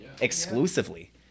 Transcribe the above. exclusively